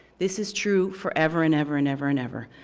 this is true forever and ever and ever and ever.